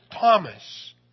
Thomas